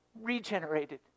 regenerated